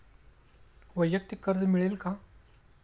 वैयक्तिक कर्ज मिळेल का?